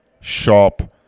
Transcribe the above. shop